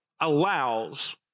allows